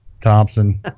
Thompson